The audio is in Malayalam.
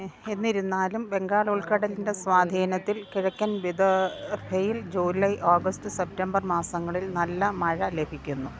എന്നിരുന്നാലും ബംഗാൾ ഉൾക്കടലിൻ്റെ സ്വാധീനത്തിൽ കിഴക്കൻ വിദർഭയിൽ ജൂലൈ ഓഗസ്റ്റ് സെപ്റ്റംബർ മാസങ്ങളിൽ നല്ല മഴ ലഭിക്കുന്നു